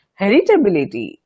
heritability